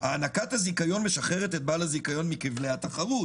הענקת הזיכון משחררת את בעל הזיכיון מכבלי התחרות,